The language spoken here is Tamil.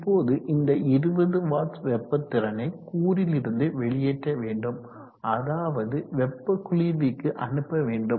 இப்போது இந்த 20 வாட்ஸ் வெப்ப திறனை கூறிலிருந்து வெளியேற்ற வேண்டும் அதாவது வெப்ப குளிர்விக்கு அனுப்ப வேண்டும்